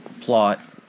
plot